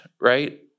right